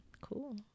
cool